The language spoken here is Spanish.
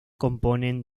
componen